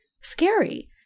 scary